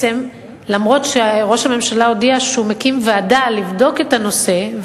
שראש הממשלה הודיע שהוא מקים ועדה לבדוק את הנושא,